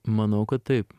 manau kad taip